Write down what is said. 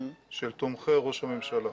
של תומכי ראש הממשלה.